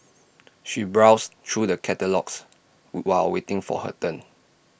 she browsed through the catalogues while waiting for her turn